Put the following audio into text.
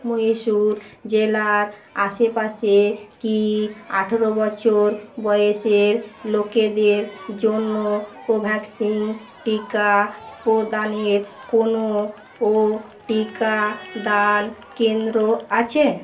মহীশূর জেলার আশেপাশে কি আঠারো বছর বয়েসের লোকেদের জন্য কোভ্যাক্সিন টিকা প্রদানের কোনও ও টিকাদান কেন্দ্র আছে